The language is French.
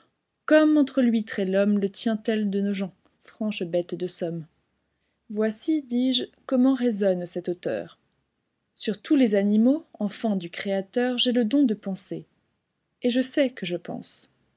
comme entre l'huître et l'homme le tient tel de nos gens franche bête de somme voici dis-je comment raisonne cet auteur sur tous les animaux enfants du créateur j'ai le don de penser et je sais que je pense